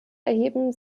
erheben